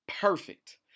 Perfect